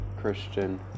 Christian